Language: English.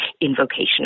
invocation